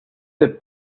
that